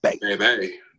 Baby